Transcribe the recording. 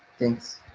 thanks